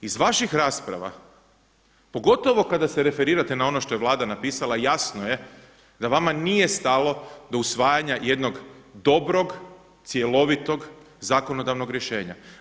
Iz vaših rasprava pogotovo kada se referirate na ono što je Vlada napisala, jasno je da vama nije stalo do usvajanja jednog dobrog, cjelovitog zakonodavnog rješenja.